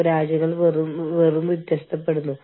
കൂടാതെ നിയമങ്ങൾ ഇവയെ നിയന്ത്രിക്കുന്നു